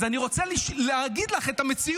אז אני רוצה להגיד לך את המציאות,